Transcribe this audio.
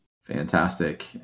fantastic